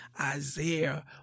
Isaiah